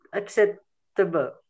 acceptable